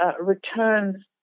returns